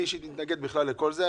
אני אישית אתנגד בכלל לכל זה.